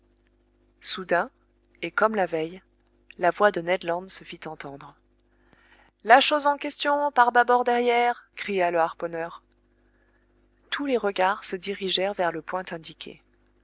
soudain et comme la veille la voix de ned land se fit entendre la chose en question par bâbord derrière cria le harponneur tous les regards se dirigèrent vers le point indiqué